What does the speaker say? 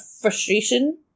frustration